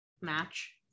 match